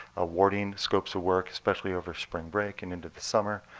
awarding scopes of work, especially over spring break and into the summer,